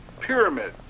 pyramid